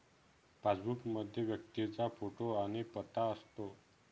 passbook मध्ये व्यक्तीचा photo आणि पत्ता असतो